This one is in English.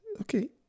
Okay